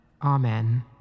Amen